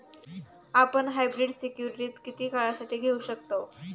आपण hybrid securities किती काळासाठी घेऊ शकतव